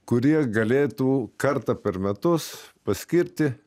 kurie galėtų kartą per metus paskirti